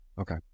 Okay